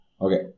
Okay